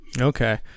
okay